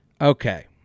Okay